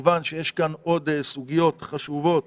כמובן שיש כאן עוד סוגיות חשובות